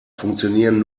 funktionieren